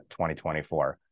2024